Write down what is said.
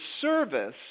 service